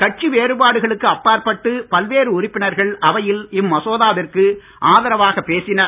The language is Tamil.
கட்சி வேறுபாடுகளுக்கு அப்பாற்பட்டு பல்வேறு உறுப்பினர்கள் அவையில் இம்மசோதாவிற்கு ஆதரவாக பேசினர்